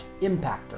impactor